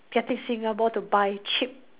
getting Singapore to buy cheap